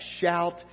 shout